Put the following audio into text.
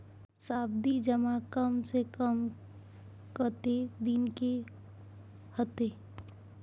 सावधि जमा कम से कम कत्ते दिन के हते?